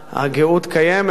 הגאות קיימת,